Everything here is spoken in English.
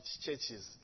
churches